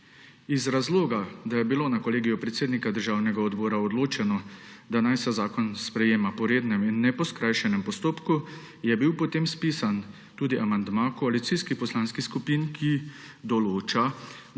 Iz razloga, da je bilo na Kolegiju predsednika Državnega odbora odločeno, da naj se zakon sprejema po rednem in ne po skrajšanem postopku, je bil potem spisan tudi amandma koalicijskih poslanskih skupin, ki določba,